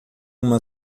uma